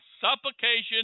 supplication